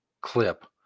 clip